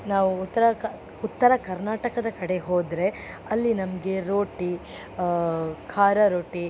ನಾವು ಉತ್ತರ ಕ್ ಉತ್ತರ ಕರ್ನಾಟಕದ ಕಡೆ ಹೋದರೆ ಅಲ್ಲಿ ನಮಗೆ ರೋಟಿ ಖಾರ ರೋಟಿ